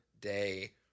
day